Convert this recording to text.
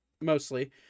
mostly